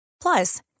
Plus